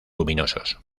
luminosos